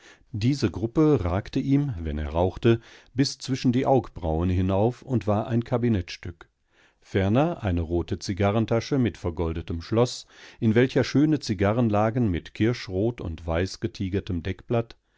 diese gruppe ragte ihm wenn er rauchte bis zwischen die augenbrauen hinauf und war ein kabinettsstück ferner eine rote zigarrentasche mit vergoldetem schloß in welcher schöne zigarren lagen mit kirschrot und weiß getigertem deckblatt